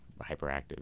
hyperactive